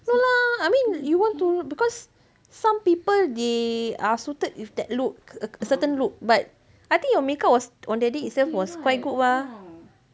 no lah I mean you work to because some people they are suited with that look certain look but I think your makeup was on the day itself was quite good [what]